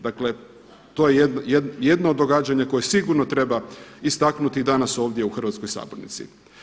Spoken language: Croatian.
Dakle, to je jedno događanje koje sigurno treba istaknuti danas ovdje u hrvatskoj sabornici.